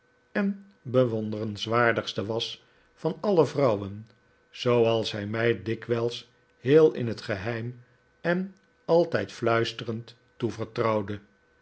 en bewonderenswaardigste was van alle vrouwen zooals hij mij dikwijls heel in het geheim en altijd fluisterend toevertrouwde